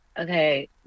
Okay